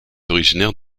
originaire